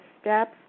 steps